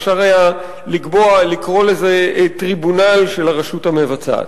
ואפשר היה לקרוא לזה טריבונל שדה של הרשות המבצעת.